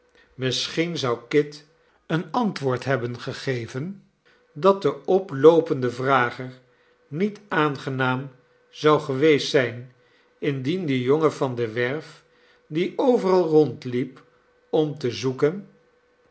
misschien zou kit een antwoord hebben gegeven dat den oploopenden vrager niet aangenaam zou geweest zijn indien de jongen van de werf die overal rondliep om te zoeken